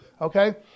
okay